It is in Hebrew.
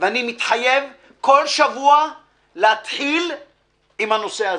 ואני מתחייב בכל שבוע להתחיל עם הנושא הזה,